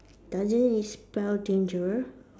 doesn't it spell danger